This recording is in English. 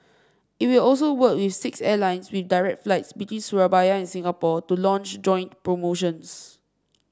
it will also work with six airlines with direct flights between Surabaya and Singapore to launch joint promotions